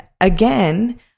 again